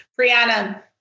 Brianna